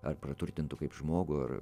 ar praturtintų kaip žmogų ar